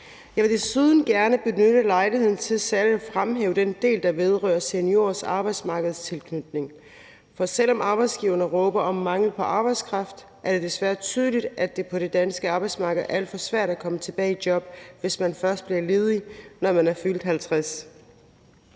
Jeg vil desuden gerne benytte lejligheden til særlig at fremhæve den del, der vedrører seniorers arbejdsmarkedstilknytning. For selv om arbejdsgiverne råber op om mangel på arbejdskraft, er det desværre tydeligt, at det på det danske arbejdsmarked er alt for svært at komme tilbage i job, hvis man først bliver ledig, når man er fyldt 50